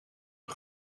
hun